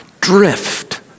Drift